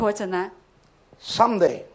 Someday